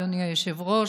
אדוני היושב-ראש,